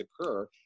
occur